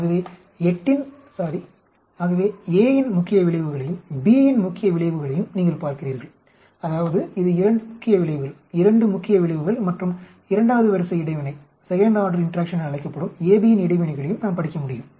ஆகவே a இன் முக்கிய விளைவுகளையும் b இன் முக்கிய விளைவுகளையும் நீங்கள் பார்க்கிறீர்கள் அதாவது இது 2 முக்கிய விளைவுகள் மற்றும் இரண்டாவது வரிசை இடைவினை என அழைக்கப்படும் AB இன் இடைவினைகளையும் நாம் படிக்க முடியும்